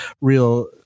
real